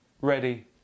ready